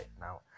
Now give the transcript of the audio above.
now